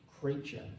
creature